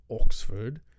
Oxford